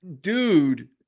Dude